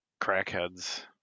crackheads